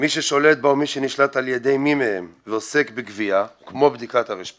מי ששולט בה או מי שנשלט על ידי מי מהם ועוסק בגבייה כמו בדיקת הר"פ